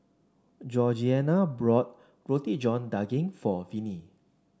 Georgeanna brought Roti John Daging for Vinie